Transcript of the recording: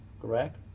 correct